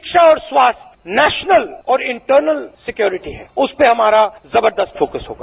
शिक्षा और स्वास्थ्य नेशनल और इंटरनल सिक्योरिटी है उस पर हमारा जबरदस्त फोकस होगा